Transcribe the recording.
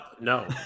no